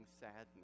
sadness